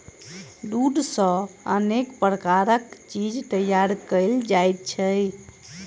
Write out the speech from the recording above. दूध सॅ अनेक प्रकारक चीज तैयार कयल जाइत छै